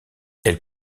elle